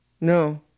No